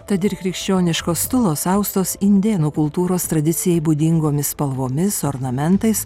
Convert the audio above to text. tad ir krikščioniškos stulos austos indėnų kultūros tradicijai būdingomis spalvomis ornamentais